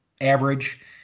average